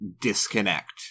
disconnect